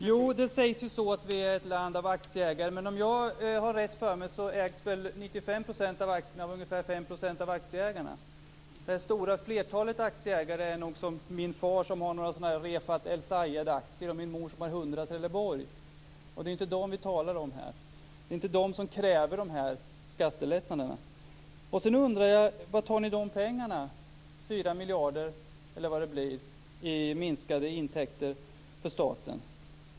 Fru talman! Det sägs att vi är ett land av aktieägare, men om jag har rätt för mig ägs 95 % av aktierna av ungefär 5 % av aktieägarna. Det stora flertalet aktieägare är nog som min far som har några Refaat el Sayed-aktier och min mor som har hundra Trelleborg. Det är inte dem vi talar om. Det är inte de som kräver skattelättnaderna. Jag undrar var ni tar pengarna, 4 miljarder eller vad det blir i minskade intäkter för staten.